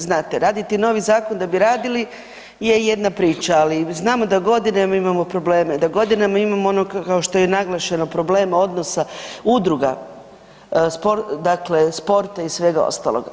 Znate raditi novi zakon da bi radili je jedna priča, ali znamo da godinama imamo probleme, da godinama imamo ono što je i naglašeno problem odnosa udruga dakle sporta i svega ostaloga.